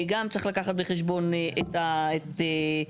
גם צריך לקחת בחשבון את חגי,